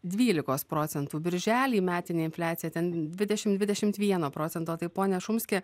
dvylikos procentų birželį metinė infliacija ten dvidešim dvidešimt vieno procento tai pone šumski